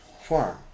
farm